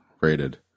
rated